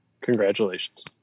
Congratulations